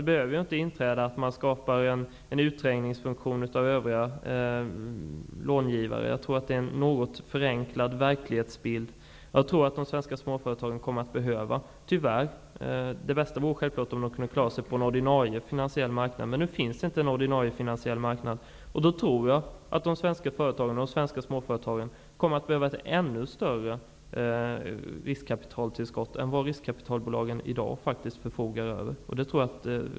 Det behöver inte innebära att övriga långivare trängs ut. Det är en något förenklad verklighetsbild. Det bästa vore naturligtvis om de svenska småföretagen kunde klara sig på den ordinarie finansiella marknaden. Men det finns inte någon ordinarie finansiell marknad. De svenska småföretagen kommer därför att behöva ett ännu större riskkapitaltillskott än vad riskkapitalbolagen i dag förfogar över.